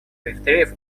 критериев